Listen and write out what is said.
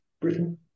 britain